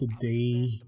today